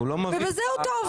ובזה הוא טוב,